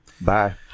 Bye